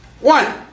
One